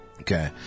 Okay